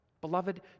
Beloved